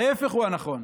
ההפך הוא הנכון.